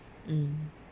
mm